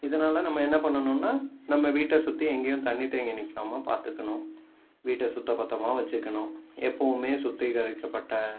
இதனால் நம்ம என்ன பண்ணணும்னால் நம்ம வீட்டை சுற்றி எங்கேயும் தண்ணி தேங்கி நிற்காம பார்த்துக்கணும் வீட்டை சுத்தம் பத்தமாகவும் வெச்சுக்கணும் எப்பவுமே சுத்திகரிக்கப்பட்ட